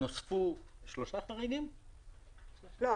נוספו שלושה חריגים --- לא.